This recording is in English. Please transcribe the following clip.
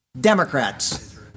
Democrats